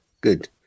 Good